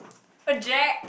but Jack